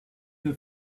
that